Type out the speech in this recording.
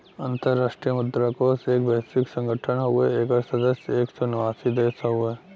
अंतराष्ट्रीय मुद्रा कोष एक वैश्विक संगठन हउवे एकर सदस्य एक सौ नवासी देश हउवे